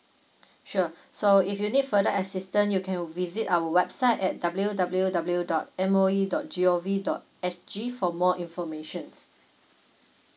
sure so if you need further assistance you can visit our website at W_W_W dot M O E dot G_O_V dot S_G for more informations